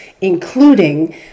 including